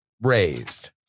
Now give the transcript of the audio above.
raised